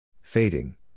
Fading